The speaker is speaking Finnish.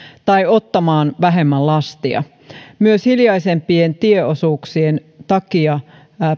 tai ottamaan vähemmän lastia myös hiljaisempien tieosuuksien takia